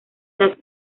las